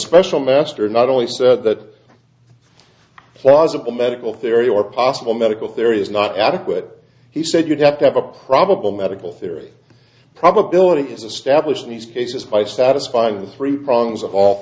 special master not only said that plausible medical theory or possible medical theory is not adequate he said you'd have to have a probable medical theory probability establish these cases by satisfying the three prongs of